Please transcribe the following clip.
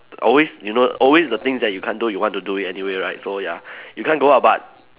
always you know always the things that you can't do you want to do it anyway right so ya you can't go out but